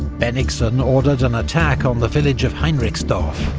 bennigsen ordered an attack on the village of heinrichsdorf,